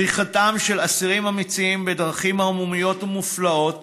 בריחתם של אסירים אמיצים בדרכים ערמומיות ומופלאות